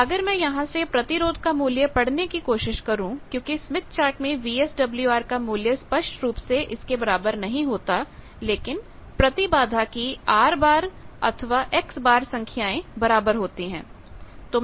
तो अगर मैं यहां से प्रतिरोध का मूल्य पढ़ने की कोशिश करू क्योंकि स्मिथ चार्ट में वीएसडब्ल्यूआर का मूल्य स्पष्ट रूप से इसके बराबर नहीं होता लेकिन प्रतिबाधा की R अथवा X संख्याएं बराबर होती हैं